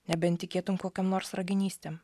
nebent tikėtum kokiom nors raganystėm